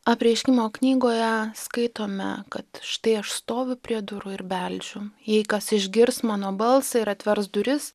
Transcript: apreiškimo knygoje skaitome kad štai aš stoviu prie durų ir beldžiu jei kas išgirs mano balsą ir atvers duris